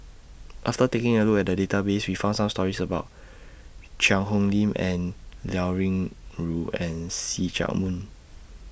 after taking A Look At The Database We found Some stories about Cheang Hong Lim and Liao Yingru and See Chak Mun